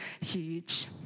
huge